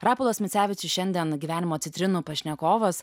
rapolas micevičius šiandien gyvenimo citrinų pašnekovas